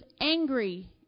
angry